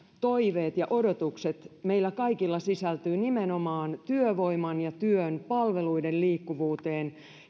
toiveet ja odotukset meillä kaikilla sisältyvät nimenomaan työvoiman ja työn palveluiden liikkuvuuteen